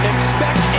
Expect